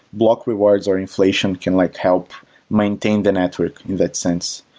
block rewards or inflation can like help maintain the network in that sense.